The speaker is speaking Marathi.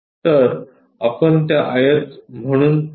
तर आपण ते आयत म्हणून पाहू